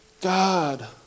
God